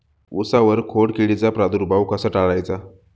उसावर खोडकिडीचा प्रादुर्भाव कसा टाळायचा?